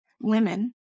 women